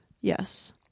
Yes